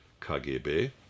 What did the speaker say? KGB